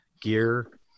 gear